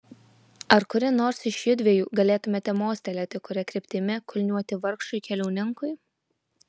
ar kuri nors iš judviejų galėtumėte mostelėti kuria kryptimi kulniuoti vargšui keliauninkui